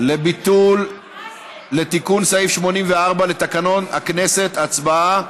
לתיקון סעיף 84 לתקנון הכנסת, הצבעה.